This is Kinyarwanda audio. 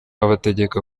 abategeka